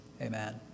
Amen